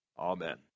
Amen